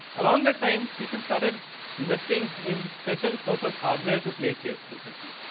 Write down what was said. along that time people certain it investing in special purpose hardware to play chess essentially.